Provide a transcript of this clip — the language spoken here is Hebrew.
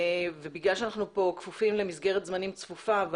בגלל שאנחנו פה כפופים למסגרת זמנים צפופה,